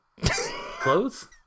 clothes